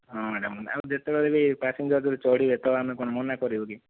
ହଁ ମ୍ୟାଡାମ ଆଉ ଯେତେବେଳେ ବି ପ୍ୟାସେଞ୍ଜର ଯଦି ଚଢ଼ିବେ ତ ଆମେ କଣ ମନା କରିବୁ କି